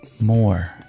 More